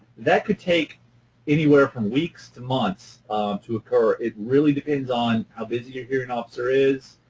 that could take anywhere from weeks to months to occur. it really depends on how busy your hearing officer is,